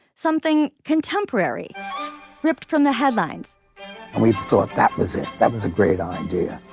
something contemporary ripped from the headlines and we thought that was it. that was a great idea.